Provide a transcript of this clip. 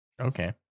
okay